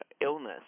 illness